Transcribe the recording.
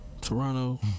Toronto